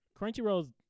Crunchyroll's